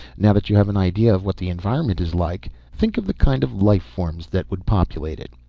now that you have an idea of what the environment is like think of the kind of life forms that would populate it.